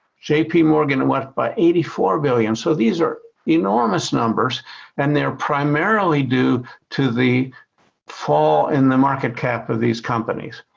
jp yeah morgan and went by eighty four billion. so these are enormous numbers and they're primarily due to the fall in the market cap of these companies.